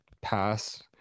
pass